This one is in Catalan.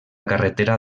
carretera